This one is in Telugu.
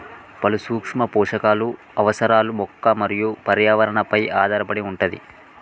పలు సూక్ష్మ పోషకాలు అవసరాలు మొక్క మరియు పర్యావరణ పై ఆధారపడి వుంటది